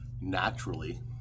naturally